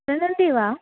चलन्ति वा